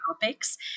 topics